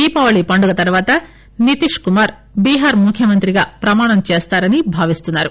దీపావళి పండుగ తర్వాత నితిశ్ కుమార్ బీహార్ ముఖ్యమంత్రిగా ప్రమాణం చేస్తారని భావిస్తున్నారు